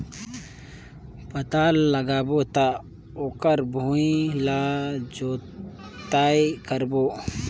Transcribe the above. पातल लगाबो त ओकर भुईं ला जोतई करबो?